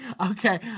okay